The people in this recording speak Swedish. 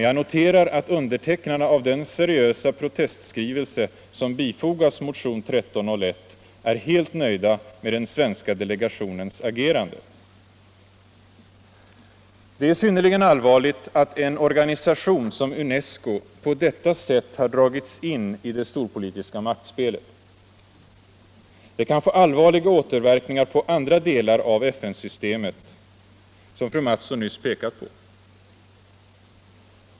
Jag noterar dock att undertecknarna av den seriösa protestskrivelse som bifogats motionen 1301 är helt nöjda med den svenska delegationens agerande. Det är synnerligen allvarligt att en organisation som UNESCO på detta sätt har dragits in i det storpolitiska maktspelet. Det kan få svåra återverkningar på andra delar av FN-systemet, vilket fröken Mattson nyss pekat på.